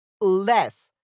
less